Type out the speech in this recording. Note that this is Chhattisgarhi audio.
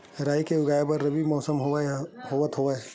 राई के उगाए बर रबी मौसम होवत हवय?